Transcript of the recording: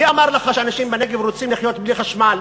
מי אמר לך שאנשים בנגב רוצים לחיות בלי חשמל,